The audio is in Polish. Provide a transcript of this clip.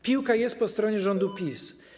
Piłka jest po stronie rządu PiS.